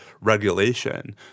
regulation